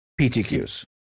ptqs